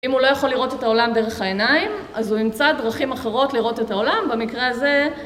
אם הוא לא יכול לראות את העולם דרך העיניים אז הוא ימצא דרכים אחרות לראות את העולם במקרה הזה.